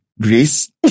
Grace